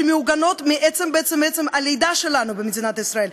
שמעוגנות מעצם הלידה שלנו במדינת ישראל,